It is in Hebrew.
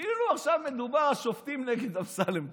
כאילו עכשיו מדובר על שופטים נגד אמסלם דוד.